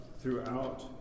throughout